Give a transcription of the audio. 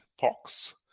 pox